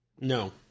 no